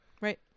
Right